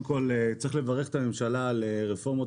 קודם כל צריך לברך את הממשלה על רפורמות